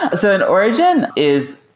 ah so an origin is